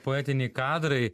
poetiniai kadrai